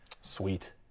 sweet